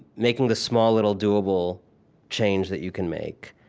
making the small little doable change that you can make,